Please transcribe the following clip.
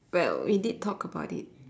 well we did talk about it